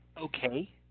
okay